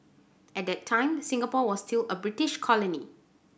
at that time Singapore was still a British colony